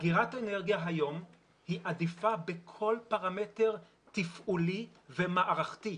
גירת אנרגיה היום היא עדיפה בכל פרמטר תפעולי ומערכתי,